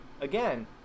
Again